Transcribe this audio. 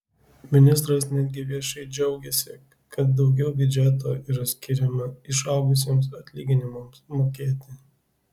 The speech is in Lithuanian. ministras netgi viešai džiaugėsi kad daugiau biudžeto yra skiriama išaugusiems atlyginimams mokėti